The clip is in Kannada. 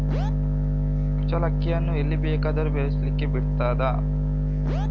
ಕುಚ್ಚಲಕ್ಕಿಯನ್ನು ಎಲ್ಲಿ ಬೇಕಾದರೂ ಬೆಳೆಸ್ಲಿಕ್ಕೆ ಆಗ್ತದ?